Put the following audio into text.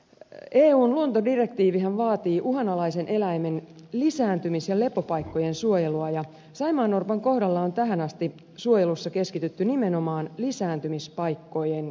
eun luontodirektiivihän vaatii uhanalaisen eläimen lisääntymis ja lepopaikkojen suojelua ja saimaannorpan kohdalla on tähän asti suojelussa keskitytty nimenomaan lisääntymispaikkojen suojeluun